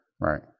right